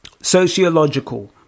Sociological